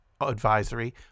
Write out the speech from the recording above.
advisory